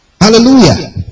Hallelujah